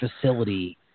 facility